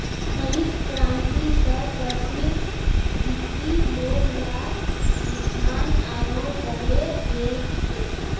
हरित क्रांति स कृषिर भीति लोग्लार रुझान आरोह बढ़े गेल छिले